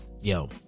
Yo